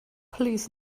please